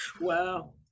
Wow